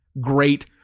great